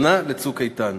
שנה ל"צוק איתן".